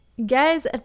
Guys